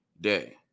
day